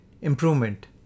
improvement